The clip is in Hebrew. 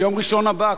ביום ראשון הבא,